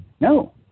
No